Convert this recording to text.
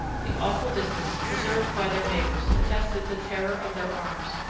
the awful distance preserved by their neighbors attested the terror of their arms,